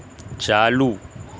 چالو